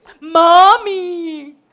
Mommy